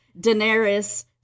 Daenerys